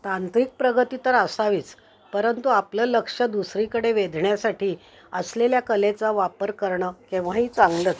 तांत्रिक प्रगती तर असावीच परंतु आपलं लक्ष दुसरीकडे वेधण्यासाठी असलेल्या कलेचा वापर करणं केव्हाही चांगलंच